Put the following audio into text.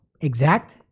exact